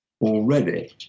already